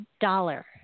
dollar